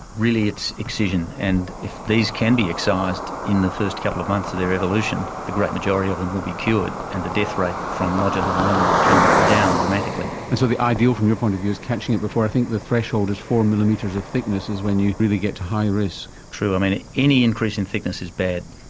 really it's excision, and if these can be excised in the first couple of months of their evolution, the great majority of them will be cured and the death rate from nodular melanoma would come down dramatically. and so the ideal from your point of view is catching it before, i think the threshold is four millimetres of thickness is when you really get to high risk. true. i mean, any increase in thickness is bad,